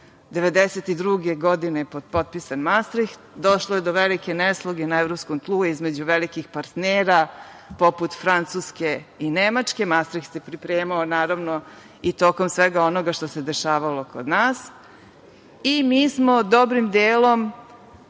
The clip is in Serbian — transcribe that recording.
1992. godine je i potpisan. Došlo je do velike nesloge na evropskom tlu između velikih partnera poput Francuske i Nemačke, mastrikt se pripremao naravno i tokom svega onoga što se dešavalo kod nas. Mi smo, dobrim delom,